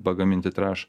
pagaminti trąšą